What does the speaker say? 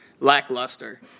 Lackluster